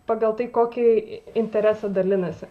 pagal tai kokį interesą dalinasi